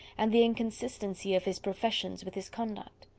and the inconsistency of his professions with his conduct.